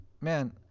Man